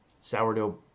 sourdough